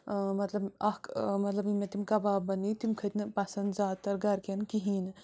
مطلب اَکھ مطلب یِم مےٚ تِم کَباب بنے تِم کھٔت نہٕ پسنٛد زیادٕ تر گرکٮ۪ن کِہیٖنۍ نہٕ